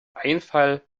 einfall